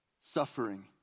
suffering